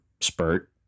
spurt